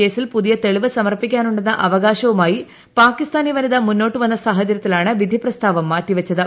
കേസിൽ പുതിയ തെളിവ് സമർപ്പിക്കാനു ന്ന അവകാശവുമായി പാകിസ്ഥാനി വനിത മുന്നോട്ട് വന്ന സാഹചരൃത്തിലാണ് വിധി പ്രസ്താവം മാറ്റി വെച്ചത്